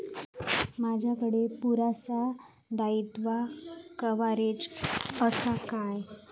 माजाकडे पुरासा दाईत्वा कव्हारेज असा काय?